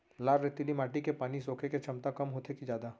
लाल रेतीली माटी के पानी सोखे के क्षमता कम होथे की जादा?